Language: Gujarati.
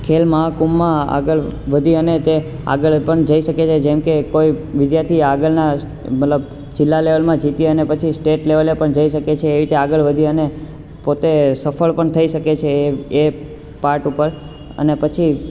ખેલ મહાકુંભમાં આગળ વધી અને તે આગળ પણ જઈ શકે છે જેમકે કોઈ વિદ્યાર્થી આગળના મતલબ જિલ્લા લેવલમાં જીતી અને પછી સ્ટેટ લેવલે પણ જઈ શકે છે એવી રીતે આગળ વધી અને પોતે સફળ પણ થઈ શકે છે એ પાર્ટ ઉપર અને પછી